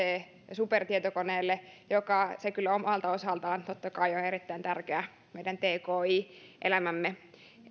supertietokoneelle joka omalta osaltaan totta kai on erittäin tärkeä meidän tki elämämme